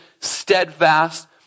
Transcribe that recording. steadfast